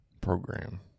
program